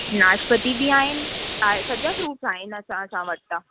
नाशपती बि आहिनि सॼा फ्रूट्स आहिनि असां असां वटि त